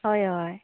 हय हय